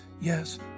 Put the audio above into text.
yes